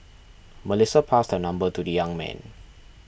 Melissa passed her number to the young man